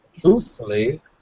Truthfully